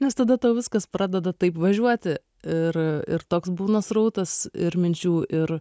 nes tada tau viskas pradeda taip važiuoti ir ir toks būna srautas ir minčių ir